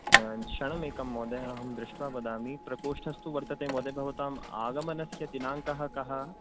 क्षणमेकं महोदय अहं दृष्ट्वा वदामि प्रकोष्टस्तु वर्तते महोदय भवताम् आगमनस्य दिनाङ्कः कः